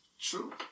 True